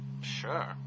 Sure